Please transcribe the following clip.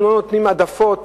אנחנו לא נותנים העדפות,